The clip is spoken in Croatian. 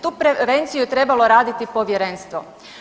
Tu prevenciju je trebalo raditi Povjerenstvo.